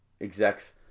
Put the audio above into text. execs